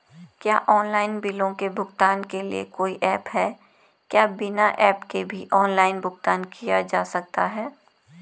क्या ऑनलाइन बिलों के भुगतान के लिए कोई ऐप है क्या बिना ऐप के भी ऑनलाइन भुगतान किया जा सकता है?